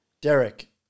Derek